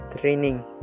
training